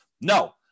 no